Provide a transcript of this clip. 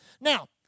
Now